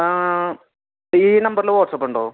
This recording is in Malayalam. ആ ഈ നമ്പറിൽ വാട്സപ്പുണ്ടോ